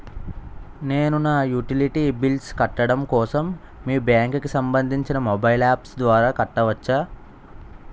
నేను నా utility bills కట్టడం కోసం మీ బ్యాంక్ కి సంబందించిన మొబైల్ అప్స్ ద్వారా కట్టవచ్చా?